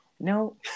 No